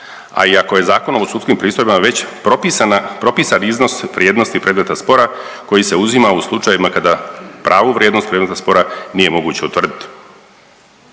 A i ako je Zakonom o sudskim pristojbama već propisan iznos vrijednosti predmeta spora koji se uzima u slučajevima kada pravu vrijednost trenutnog spora nije moguće utvrditi.